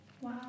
Wow